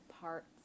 parts